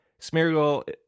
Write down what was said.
Smeargle